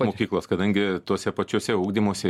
mokyklos kadangi tose pačiose ugdymosi